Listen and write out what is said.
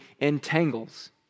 entangles